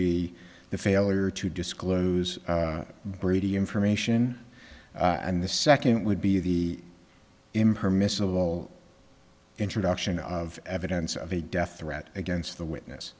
be the failure to disclose brady information and the second would be the impermissible introduction of evidence of a death threat against the witness